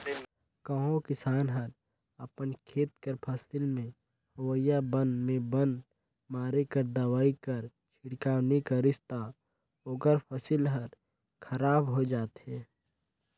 कहों किसान हर अपन खेत कर फसिल में होवइया बन में बन मारे कर दवई कर छिड़काव नी करिस ता ओकर फसिल हर खराब होए जाथे